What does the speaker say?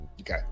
okay